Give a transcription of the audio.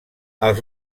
els